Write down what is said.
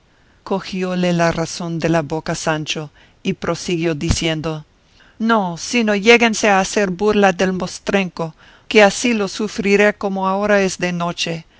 cogióle la razón de la boca sancho y prosiguió diciendo no sino lléguense a hacer burla del mostrenco que así lo sufriré como ahora es de noche